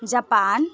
Japan